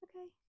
Okay